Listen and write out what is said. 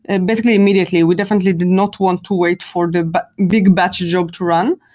and basically immediately. we definitely did not want to wait for the but big batch job to run.